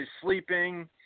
sleeping